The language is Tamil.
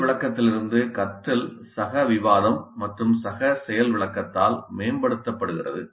செயல் விளக்கத்திலிருந்து கற்றல் சக விவாதம் மற்றும் சக செயல் விளக்கத்தால் மேம்படுத்தப்படுகிறது